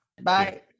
Bye